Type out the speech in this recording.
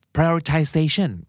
Prioritization